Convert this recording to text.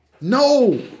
No